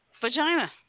vagina